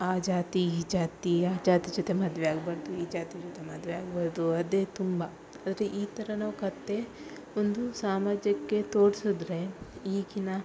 ಆ ಜಾತಿ ಈ ಜಾತಿ ಆ ಜಾತಿ ಜೊತೆ ಮದುವೆ ಆಗಬಾರ್ದು ಈ ಜಾತಿ ಜೊತೆ ಮದುವೆ ಆಗಬಾರ್ದು ಅದೇ ತುಂಬ ಆದರೆ ಈ ಥರ ನಾವು ಕಥೆ ಒಂದು ಸಮಾಜಕ್ಕೆ ತೋರಿಸಿದ್ರೆ ಈಗಿನ